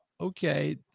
okay